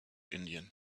indien